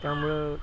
त्यामुळं